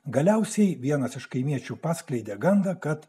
galiausiai vienas iš kaimiečių paskleidė gandą kad